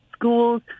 schools